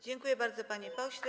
Dziękuję bardzo, panie pośle.